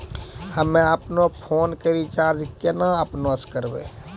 हम्मे आपनौ फोन के रीचार्ज केना आपनौ से करवै?